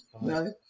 no